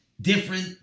different